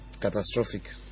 Catastrophic